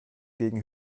gegen